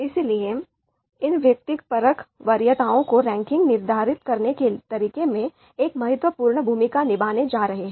इसलिए इन व्यक्तिपरक वरीयताओं को रैंकिंग निर्धारित करने के तरीके में एक महत्वपूर्ण भूमिका निभाने जा रहे हैं